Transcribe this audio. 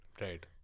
Right